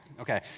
Okay